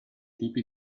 tipi